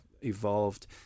evolved